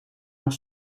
naar